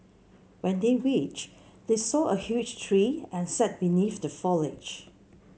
when they reached they saw a huge tree and sat beneath the foliage